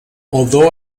although